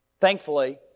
Thankfully